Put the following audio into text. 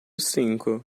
cinco